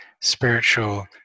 spiritual